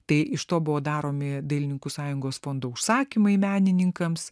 tai iš to buvo daromi dailininkų sąjungos fondo užsakymai menininkams